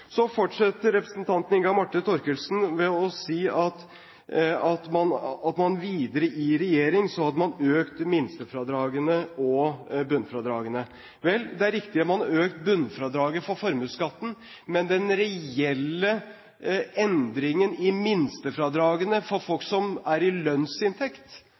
Så fortsatte representanten Inga Marte Thorkildsen med å si videre at man i regjering hadde økt minstefradragene og bunnfradragene. Vel, det er riktig at man har økt bunnfradraget for formuesskatten, men den reelle endringen i minstefradragene for folk som har lønnsinntekt,